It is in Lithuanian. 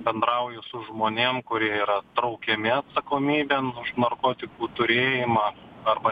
bendrauju su žmonėm kurie yra traukiami atsakomybėn už narkotikų turėjimą arba